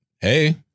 Hey